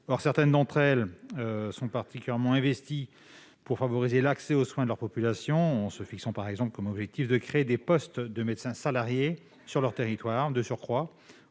certaines d'entre elles se sont particulièrement investies pour favoriser l'accès aux soins de leur population, en se fixant par exemple comme objectif de créer des postes de médecins salariés. De surcroît,